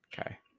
Okay